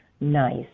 nice